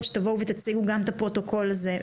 שתבואו ותציגו גם את הפרוטוקול הזה.